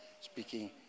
speaking